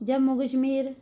Jammu Kashmir